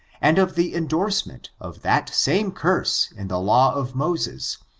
and of the indorsement of that same curse in the law of moses,